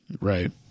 Right